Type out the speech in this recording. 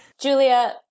Julia